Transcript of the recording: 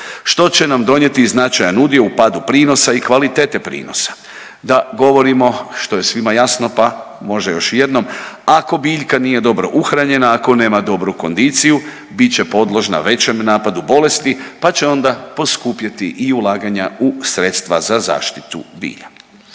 što će nam donijeti i značajan udio u padu prinosa i kvalitete prinosa. Da govorimo što je svima jasno, pa može još i jednom ako biljka nije dobro uhranjena, ako nema dobru kondiciju bit će podložna većem napadu bolesti, pa će onda poskupjeti i ulaganja u sredstva za zaštitu bilja.